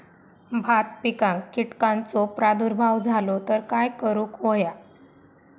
भात पिकांक कीटकांचो प्रादुर्भाव झालो तर काय करूक होया?